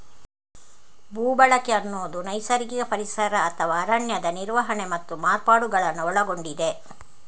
ಭೂ ಬಳಕೆ ಅನ್ನುದು ನೈಸರ್ಗಿಕ ಪರಿಸರ ಅಥವಾ ಅರಣ್ಯದ ನಿರ್ವಹಣೆ ಮತ್ತು ಮಾರ್ಪಾಡುಗಳನ್ನ ಒಳಗೊಂಡಿದೆ